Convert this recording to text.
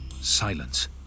Silence